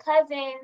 cousins